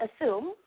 assume